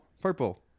Purple